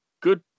good